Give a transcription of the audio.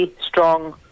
strong